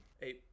Hey